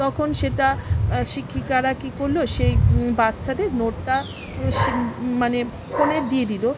তখন সেটা শিক্ষিকারা কী করলো সেই বাচ্ছাদের নোটটা ও সেই মানে ফোনে দিয়ে দিলো